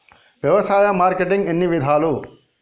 వ్యవసాయ మార్కెటింగ్ ఎన్ని విధాలు?